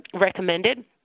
recommended